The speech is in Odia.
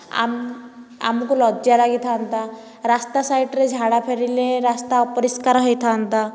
ଆମ ଆମକୁ ଲଜ୍ଜା ଲଗିଥାନ୍ତା ରାସ୍ତା ସାଇଡ଼ରେ ଝାଡ଼ା ଫେରିଲେ ରାସ୍ତା ଅପରିଷ୍କାର ହୋଇଥାନ୍ତା